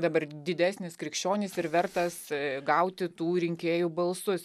dabar didesnis krikščionis ir vertas gauti tų rinkėjų balsus